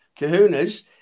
kahunas